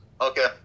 Okay